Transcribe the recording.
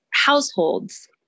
households